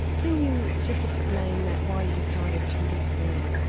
can you just explain that, why you decided to look there?